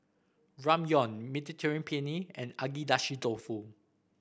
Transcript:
Ramyeon Mediterranean Penne and Agedashi Dofu